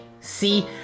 See